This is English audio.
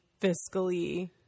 fiscally